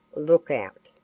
look out!